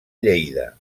lleida